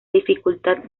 dificultad